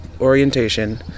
orientation